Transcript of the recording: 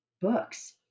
books